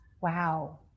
Wow